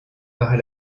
par